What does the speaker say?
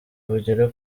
bugere